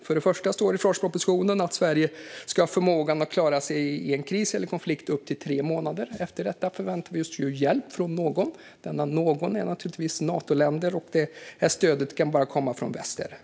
För det första står det i försvarspropositionen att Sverige ska ha förmåga att klara sig i en kris eller konflikt upp till tre månader. Efter detta förväntar vi oss hjälp från någon, och denna någon är naturligtvis Natoländer. Stödet kan bara komma från väster.